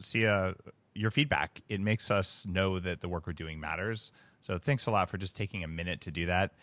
see ah your feedback, it makes us know that the work we're doing matters so thanks a lot for just taking a minute to do that.